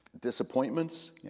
disappointments